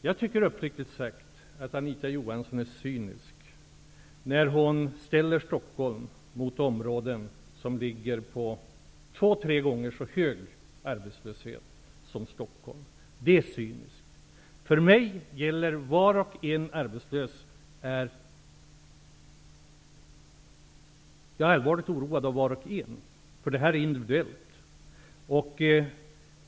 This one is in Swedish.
Jag tycker uppriktigt sagt att Anita Johansson är cynisk när hon ställer Stockholm mot områden som har två tre gånger så hög arbetslöshet. Det är cyniskt. Jag oroar mig allvarligt för var och en som är arbetslös. Det här är individuellt.